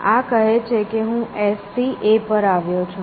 આ કહે છે કે હું S થી A પર આવ્યો છું